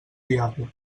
diable